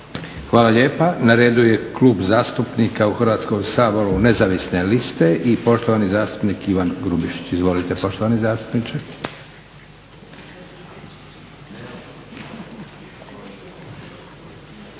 Hvala lijepa. Na redu je Klub zastupnika u Hrvatskom saboru nezavisne liste i poštovani zastupnik Ivan Grubišić. Izvolite poštovani zastupniče.